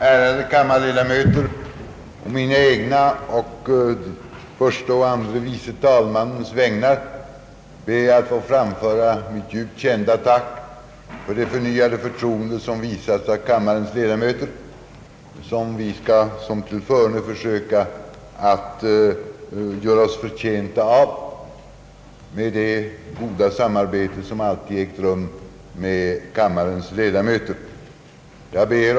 Ärade kammarledamöter! ÅA mina egna samt å förste och andre vice talmannens vägnar ber jag att få framföra ett djupt känt tack för det förnyade förtroende som visats oss av kammarens ledamöter och som vi skall, liksom tillförne, försöka att göra oss förtjänta av med det goda samarbete som alltid ägt rum med kammarens ledamöter.. Jag ber.